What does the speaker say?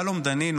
שלום דנינו,